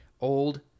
Old